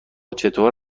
چطور